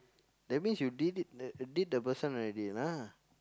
that means you did it d~ did the person already lah